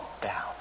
down